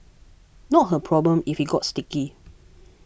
not her problem if it got sticky